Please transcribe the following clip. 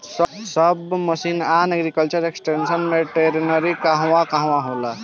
सब mission on agriculture extension मै टेरेनीं कहवा कहा होला?